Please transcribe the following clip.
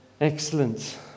excellent